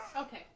Okay